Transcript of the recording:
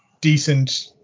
decent